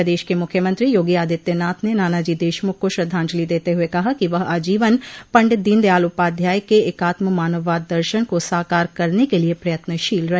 प्रदश के मुख्यमंत्री योगी आदित्यनाथ ने नानाजी देशमुख को श्रद्धांजलि देते हुए कहा कि वह आजीवन पंडित दीनदयाल उपाध्याय के एकात्म मानववाद दर्शन को साकार करने क लिये प्रयत्नशील रहे